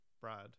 Brad